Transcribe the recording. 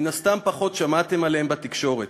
מן הסתם פחות שמעתם עליהם בתקשורת,